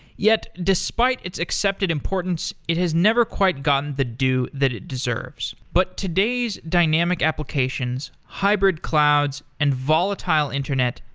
yet, despite its accepted importance, it has never quite gotten the due that it deserves. but today's dynamic applications, hybrid clouds and volatile internet,